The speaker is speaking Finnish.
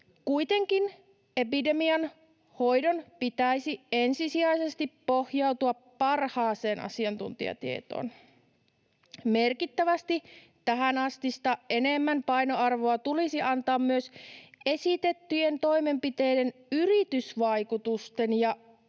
Kuitenkin epidemian hoidon pitäisi ensisijaisesti pohjautua parhaaseen asiantuntijatietoon. Merkittävästi tähänastista enemmän painoarvoa tulisi antaa myös esitettyjen toimenpiteiden yritysvaikutusten ja yleisemmin